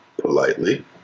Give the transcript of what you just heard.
politely